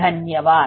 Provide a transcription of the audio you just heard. धन्यवाद